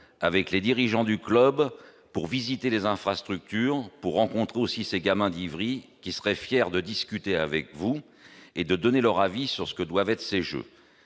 avec les dirigeants du club pour visiter les infrastructures pour rencontrer aussi ces gamins d'Ivry qui serait fier de discuter avec vous et de donner leur avis sur ce que doivent être ces jeux